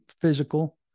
physical